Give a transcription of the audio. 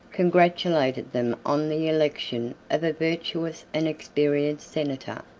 congratulated them on the election of a virtuous and experienced senator,